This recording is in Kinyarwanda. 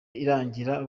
irangira